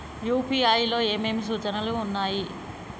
UPI లో ఏమేమి సూచనలు ఉన్నాయి?